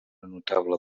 notable